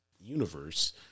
Universe